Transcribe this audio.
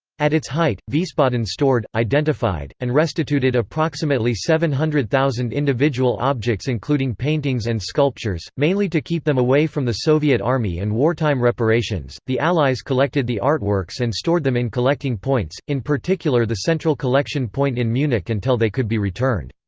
at its height, wiesbaden stored, identified, and restituted approximately seven hundred thousand individual objects including paintings and sculptures, mainly to keep them away from the soviet army and wartime reparations the allies collected the artworks and stored them in collecting points, in particular the central collection point in munich until they could be returned.